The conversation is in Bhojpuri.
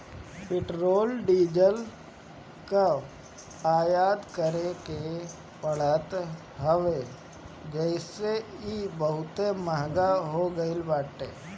पेट्रोल डीजल कअ आयात करे के पड़त हवे जेसे इ बहुते महंग हो गईल बाटे